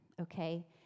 Okay